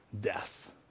death